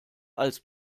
als